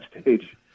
stage